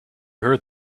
heard